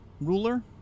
ruler